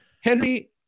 Henry